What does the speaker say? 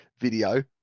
video